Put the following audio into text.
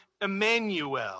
Emmanuel